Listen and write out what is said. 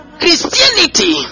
christianity